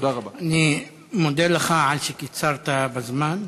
אני מודה לך על שקיצרת בזמן.